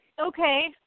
okay